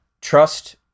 trust